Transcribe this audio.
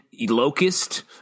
locust